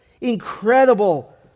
incredible